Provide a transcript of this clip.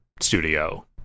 studio